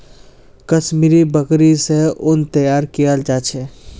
कश्मीरी बकरि स उन तैयार कियाल जा छेक